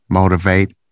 motivate